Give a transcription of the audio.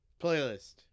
Playlist